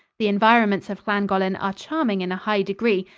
the environments of llangollen are charming in a high degree.